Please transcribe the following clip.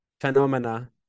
phenomena